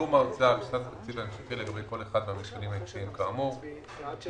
סכום ההוצאה בשנת התקציב ההמשכי לגבי כל אחד מהמפעלים העסקיים כאמור לא